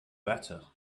better